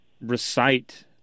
recite